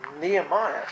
Nehemiah